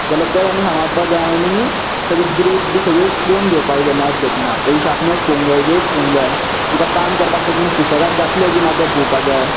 जाल्यार तें आमी सांबाळपाक जाय आनी ताची ग्रीप बीन सगळी पोवन घेवपाक जाय नायफ घेतना तेची शार्पनस पोवंक जाय वेट पोवंक जाय तुका काम करपाक लागून सुशेगाद जातले की ना ते पोवपाक जाय